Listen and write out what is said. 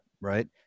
right